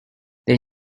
then